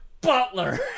Butler